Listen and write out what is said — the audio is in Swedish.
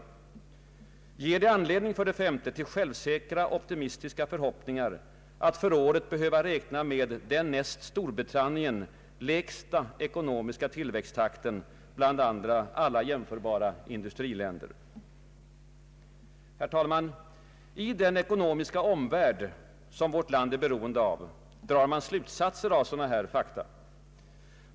5) Ger det anledning till självsäkra, optimistiska förhoppningar att för året behöva räkna med den näst Storbritannien lägsta ekonomiska tillväxttakten bland alla jämförbara industriländer? Herr talman! I den ekonomiska omvärld som vårt land är beroende av drar man slutsatser av sådana här fakta.